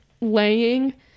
laying